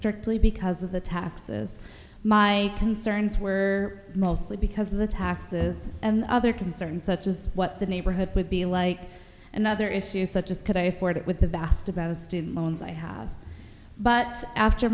strictly because of the taxes my concerns were mostly because of the taxes and other concerns such as what the neighborhood would be like and other issues such as could i afford it with the vast about of student loans i have but after